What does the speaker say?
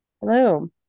hello